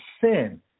sin